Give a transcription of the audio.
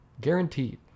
guaranteed